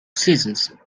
seasons